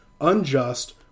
unjust